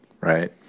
right